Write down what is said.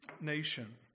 nation